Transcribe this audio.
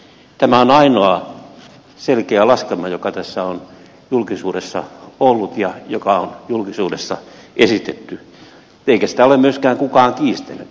tämä on ainoa selkeä laskelma joka tässä on julkisuudessa ollut ja joka on julkisuudessa esitetty eikä sitä ole myöskään kukaan kiistänyt